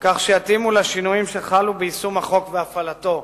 כך שיתאימו לשינויים שחלו ביישום החוק והפעלתו.